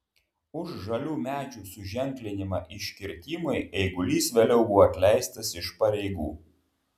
už žalių medžių suženklinimą iškirtimui eigulys vėliau buvo atleistas iš pareigų